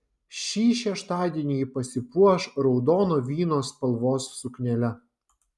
šį šeštadienį ji pasipuoš raudono vyno spalvos suknele